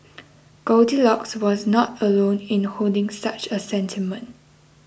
goldilocks was not alone in holding such a sentiment